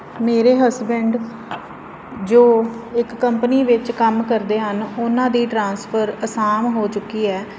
ਮੇਰੇ ਹਸਬੈਂਡ ਜੋ ਇੱਕ ਕੰਪਨੀ ਵਿੱਚ ਕੰਮ ਕਰਦੇ ਹਨ ਉਹਨਾਂ ਦੀ ਟਰਾਂਸਫਰ ਅਸਾਮ ਹੋ ਚੁੱਕੀ ਹੈ